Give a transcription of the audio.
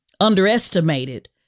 underestimated